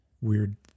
weird